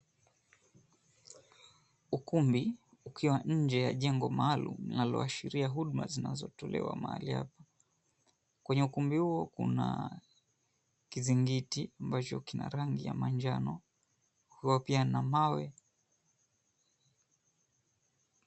Ukumbi ukiwa nje ya jengo maalum linaloashiria huduma zinazotolewa mahali hapa. Kwenye ukumbi huo kuna kizingiti ambacho kina rangi ya manjano kukiwa pia na mawe.